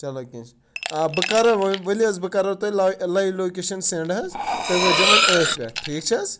چلو کینٛہہ چھُنہٕ آ بہٕ کَرٕ وٕلۍ حظ بہٕ کَرو تۄہِہ لای لایِو لوکیشَن سٮ۪نٛڈ حظ تُہۍ وٲتۍ زٮ۪و وَنۍ أتھۍ پٮ۪ٹھ ٹھیٖک چھِ حظ